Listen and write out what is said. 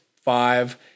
five